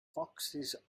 foxes